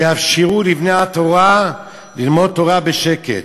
שיאפשרו לבני התורה ללמוד תורה בשקט.